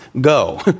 go